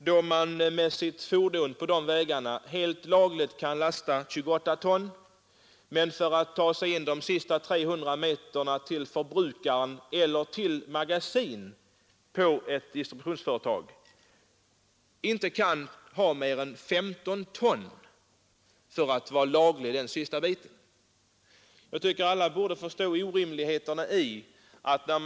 De kan på sina fordon helt lagligt lasta 28 ton, men om de inte skall överträda bestämmelserna kan de på de sista 300 meterna fram till förbrukaren eller till ett magasin bara lasta 15 ton.